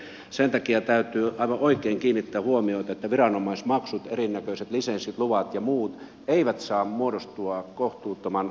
sen takia täytyy aivan oikein kiinnittää huomiota että viranomaismaksut erinäköiset lisenssit luvat ja muut eivät saa muodostua kohtuuttoman kalliiksi